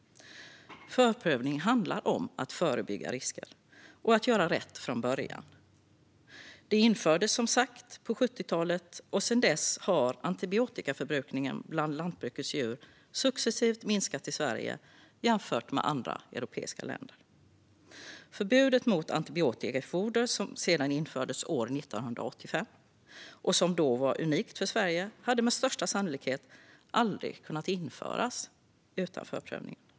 Förprövningen handlar om att förebygga risker och om att göra rätt från början. Den infördes, som sagt, på 1970-talet, och sedan dess har antibiotikaförbrukningen bland lantbrukets djur successivt minskat i Sverige jämfört med andra europeiska länder. Förbudet mot antibiotika i foder som infördes 1985, och som då var unikt för Sverige, hade med största sannolikhet aldrig kunnat införas utan förprövningen.